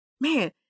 man